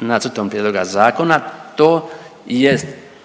nacrtom prijedloga zakona, tj.